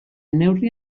neurri